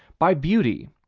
by beauty,